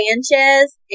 Sanchez